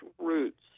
roots